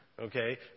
okay